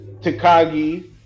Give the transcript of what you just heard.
Takagi